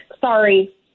sorry